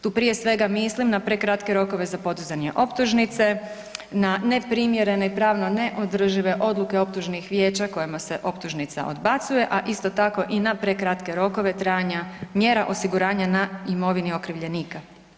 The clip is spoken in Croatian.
Tu prije svega mislim na prekratke rokove za podizanje optužnice, na neprimjerene i pravno neodržive odluke optužnih vijeća kojima se optužnica odbacuje, a isto tako i na prekratke rokove trajanja mjera osiguranja na imovini okrivljenika.